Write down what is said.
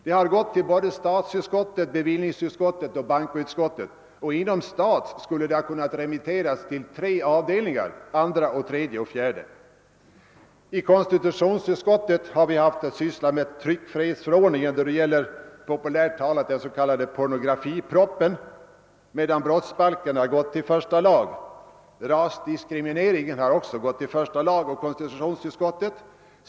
Den har hänvisats till statsutskottet, bevillningsutskottet och bankoutskottet. Inom statsutskottet skulle den ha kunnat remitteras till tre avdelningar, nämligen andra, tredje och fjärde avdelningarna. I konstitutionsutskottet har vi haft att behandla tryckfrihetsförordningen i samband med den s.k. porrproppen, medan brottsbalksärendet gått till första lagutskottet. Också frågan om rasdiskriminering har hänvisats till första lagutskottet och dessutom till konstitutionsutskottet.